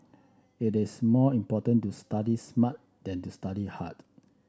it is more important to study smart than to study hard